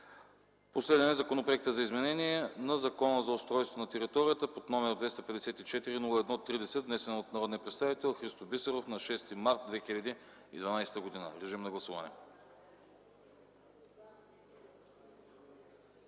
Последен е Законопроектът за изменение на Закона за устройство на територията, № 254-01-30, внесен от народния представител Христо Бисеров на 6 март 2012 г. Моля, гласувайте.